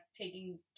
taking